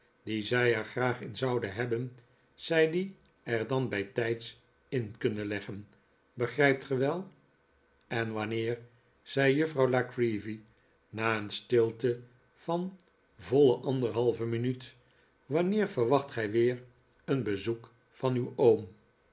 die zij er graag in zouden hebben zij die er dan bijtijds in kunnen leggen begrijpt ge wel en wanneer zei juffrouw la creevy na een stilte van voile anderhalve minuut wanneer verwacht gij weer een bezoek van uw oom